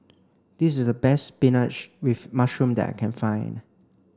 this is the best spinach with mushroom that I can find